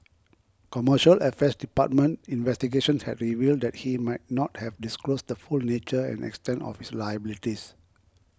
Commercial Affairs Department investigations had revealed that he might not have disclosed the full nature and extent of his liabilities